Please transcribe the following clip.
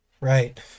Right